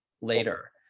later